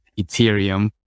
Ethereum